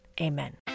amen